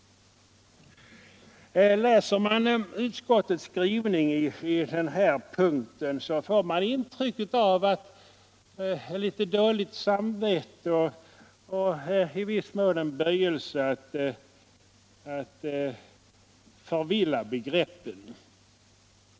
Läser man utskottets skrivning på den här punkten, får man ett intryck av litet dåligt samvete och i viss mån en böjelse att förvilla begreppen.